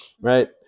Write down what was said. right